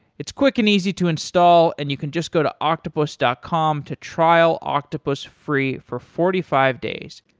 it's quick and easy to install and you can just go to octopus dot com to trial octopus free for forty five days.